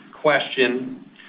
Question